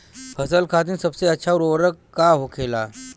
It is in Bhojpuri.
फसल खातीन सबसे अच्छा उर्वरक का होखेला?